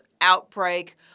outbreak